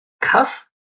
cuff